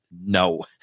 no